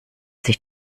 sich